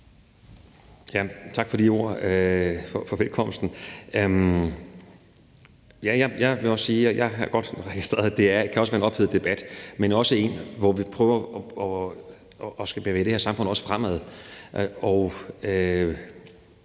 Tak for ordene, for velkomsten. Jeg vil også sige, at jeg godt har registreret, at det kan være en ophedet debat, men også en, hvor vi prøver at bevæge det her samfund fremad.